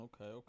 Okay